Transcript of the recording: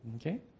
okay